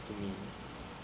to me